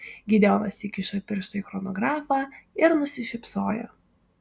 gideonas įkišo pirštą į chronografą ir nusišypsojo